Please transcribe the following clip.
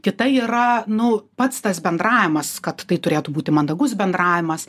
kita yra nu pats tas bendravimas kad tai turėtų būti mandagus bendravimas